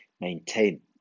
maintain